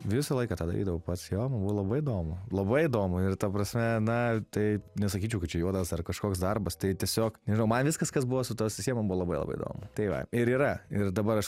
visą laiką tą darydavau pats jo man buvo labai įdomu labai įdomu ir ta prasme na tai nesakyčiau kad čia juodas ar kažkoks darbas tai tiesiog nežinau man viskas kas buvo su tuo susiję man buvo labai labai įdomu tai va ir yra ir dabar aš